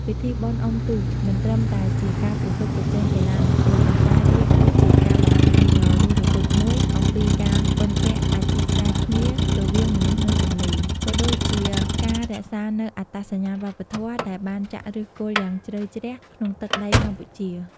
ពិធីបុណ្យអុំទូកមិនត្រឹមតែជាការប្រកួតប្រជែងកីឡានោះទេ ប៉ុន្តែវាគឺជាការបង្ហាញដ៏រស់រវើកមួយអំពីការពឹងពាក់អាស្រ័យគ្នារវាងមនុស្សនិងទន្លេ ក៏ដូចជាការរក្សានូវអត្តសញ្ញាណវប្បធម៌ ដែលបានចាក់ឫសគល់យ៉ាងជ្រៅជ្រះក្នុងទឹកដីកម្ពុជា។